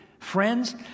friends